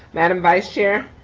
madam vice chair.